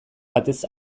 batez